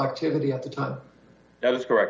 activity at the time that was correct